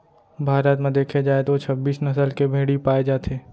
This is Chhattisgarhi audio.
भारत म देखे जाए तो छब्बीस नसल के भेड़ी पाए जाथे